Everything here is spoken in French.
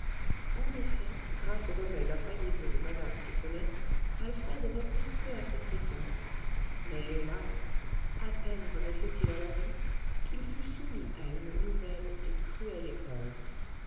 en effet grâce au remède infaillible de mme pipelet alfred reprit peu à peu ses sens mais hélas à peine renaissait il à la vie qu'il fut soumis à une nouvelle et cruelle épreuve